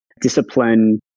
discipline